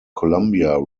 columbia